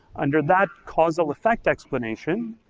under that causal effect explanation,